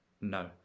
No